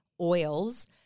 oils